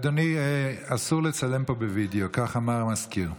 אדוני, אסור לצלם פה בווידיאו, כך אמר המזכיר.